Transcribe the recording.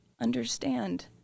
understand